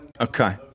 okay